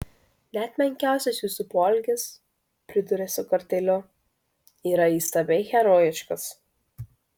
net menkiausias jūsų poelgis priduria su kartėliu yra įstabiai herojiškas